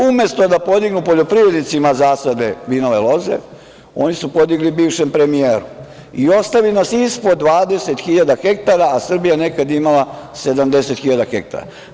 Umesto da podignu poljoprivrednicima zasade vinove loze, oni su podigli bivšem premijeru i ostavili nas ispod 20.000 ha, a Srbija je nekada imala 70.000 ha.